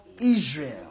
Israel